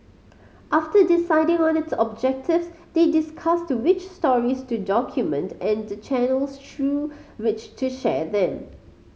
after deciding on its objectives they discussed which stories to document and the channels through which to share them